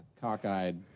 cockeyed